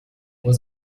was